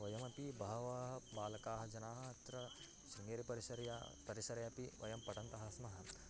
वयमपि बहवः बालकाः जनाः अत्र शृंगेरिपरिसरे परिसरे अपि वयं पठन्तः स्मः